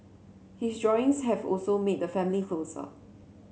his drawings have also made the family closer